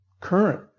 current